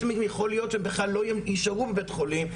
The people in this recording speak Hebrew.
המקרים יכול להיות שבכלל לא יישארו בבית-חולים,